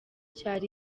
cyari